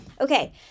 Okay